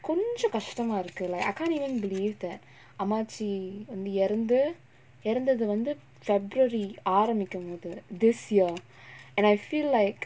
கொஞ்சோ கஷ்டமா இருக்கு:konjo kashtamaa irukku like I can't even believe that அம்மாச்சி வந்து இறந்து இறந்தது வந்து:ammachi vanthu iranthu iranthathu vanthu february ஆரம்பிக்கு போது:aarambikku pothu this year and I feel like